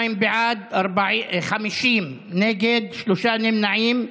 42 בעד, 50 נגד, שלושה נמנעים.